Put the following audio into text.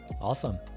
awesome